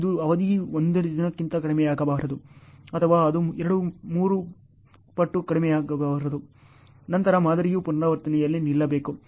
ಇದು ಅವಧಿಯ 1 ದಿನಕ್ಕಿಂತ ಕಡಿಮೆಯಿರಬಾರದು ಅಥವಾ ಅದು 2 3 ಪಟ್ಟು ಕಡಿಮೆಯಿರಬಾರದು ನಂತರ ಮಾದರಿಯು ಪುನರಾವರ್ತನೆಯಲ್ಲಿ ನಿಲ್ಲಬೇಕು